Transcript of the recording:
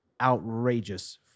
outrageous